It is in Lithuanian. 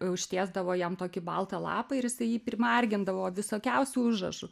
užtiesdavo jam tokį baltą lapą ir jisai jį primargindavo visokiausių užrašų